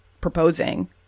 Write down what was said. proposing